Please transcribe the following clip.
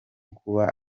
kuba